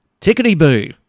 tickety-boo